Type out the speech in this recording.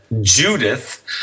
Judith